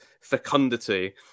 fecundity